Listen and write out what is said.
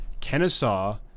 Kennesaw